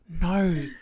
no